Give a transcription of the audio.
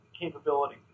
capability